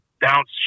bounce